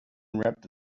wrapped